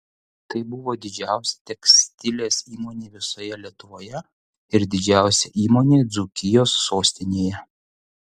tai buvo didžiausia tekstilės įmonė visoje lietuvoje ir didžiausia įmonė dzūkijos sostinėje